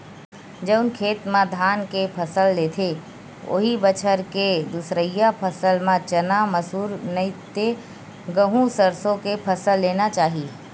जउन खेत म धान के फसल लेथे, उहीं बछर के दूसरइया फसल म चना, मसूर, नहि ते गहूँ, सरसो के फसल लेना चाही